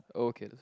okay